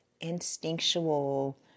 instinctual